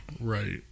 right